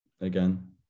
again